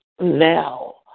now